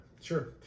Sure